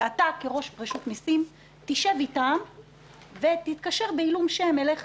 ואתה כראש רשות המיסים תשב איתם ותתקשר בעילום שם אליך,